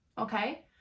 okay